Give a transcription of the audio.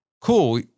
cool